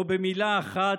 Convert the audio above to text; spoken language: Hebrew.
או במילה אחת: